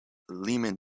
lehman